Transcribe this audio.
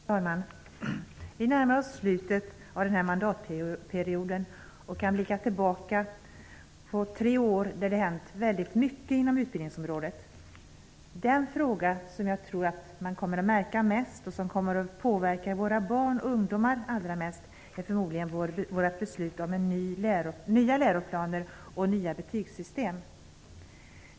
Herr talman! Vi närmar oss slutet av den här mandatperioden och kan blicka tillbaka på tre år då det har hänt väldigt mycket inom utbildningsområdet. Den fråga som man kommer att märka mest och som kommer att påverka våra barn och ungdomar allra mest är förmodligen vårt beslut om nya läroplaner och nya betygssystem.